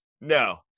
no